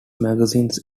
magazines